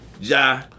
Ja